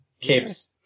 Capes